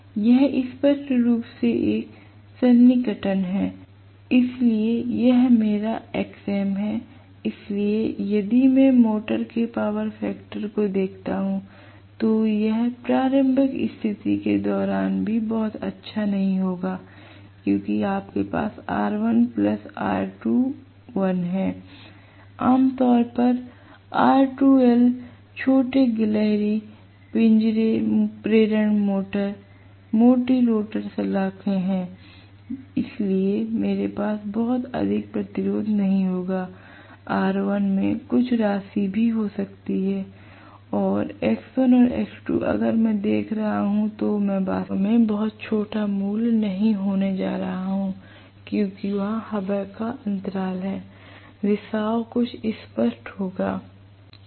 यह स्पष्ट रूप से एक सन्निकटन है इसलिए यह मेरा Xm है इसलिए यदि मैं मोटर के पावर फैक्टर को देखता हूं तो यह प्रारंभिक स्थिति के दौरान भी बहुत अच्छा नहीं होगा क्योंकि आपके पास R1R2l है आम तौर पर R2l छोटे गिलहरी पिंजरे प्रेरण मोटर्स मोटी रोटर सलाखों है इसलिए मेरे पास बहुत अधिक प्रतिरोध नहीं होगा R1 में कुछ राशि हो सकती है और X1 और X2 अगर मैं देख रहा हूं तो मैं वास्तव में बहुत छोटा मूल्य होने नहीं जा रहा हूं क्योंकि वहां हवा का अंतर है रिसाव कुछ स्पष्ट होने वाला है